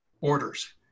orders